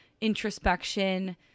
introspection